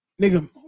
nigga